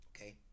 okay